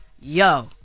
yo